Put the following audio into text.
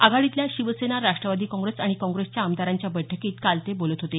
आघाडीतल्या शिवसेना राष्ट्रवादी काँग्रेस आणि काँग्रेसच्या आमदारांच्या बैठकीत काल ते बोलत होते